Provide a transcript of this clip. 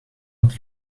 het